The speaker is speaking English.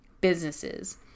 businesses